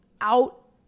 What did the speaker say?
out